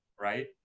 right